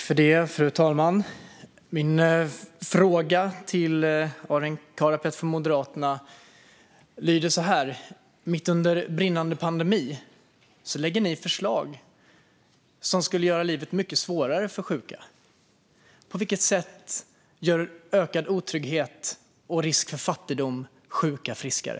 Fru talman! Min fråga till Arin Karapet från Moderaterna lyder så här: Mitt under brinnande pandemi lägger Moderaterna fram förslag som skulle göra livet mycket svårare för sjuka. På vilket sätt gör ökad otrygghet och risk för fattigdom att sjuka blir friskare?